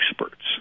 experts